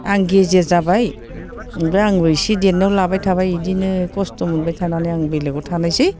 आं गेजेर जाबाय ओमफ्राय आंबो इसे देरनायाव लाबाय थाबाय बिदिनो खस्थ' मोनबाय थानानै आं बेलेगाव थानायसै